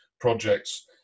projects